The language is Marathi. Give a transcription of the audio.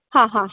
हां हां